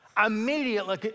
immediately